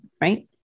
right